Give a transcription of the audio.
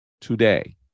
today